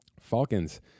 Falcons